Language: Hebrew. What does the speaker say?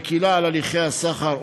מקילה את הליכי הסחר,